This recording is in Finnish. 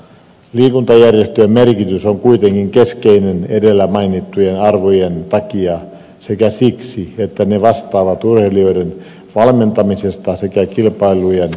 liikuntajärjestöjen merkitys on kuitenkin keskeinen edellä mainittujen arvojen takia sekä siksi että ne vastaavat urheilijoiden valmentamisesta sekä kilpailujen järjestämisestä